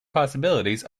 possibilities